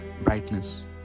brightness